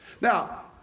Now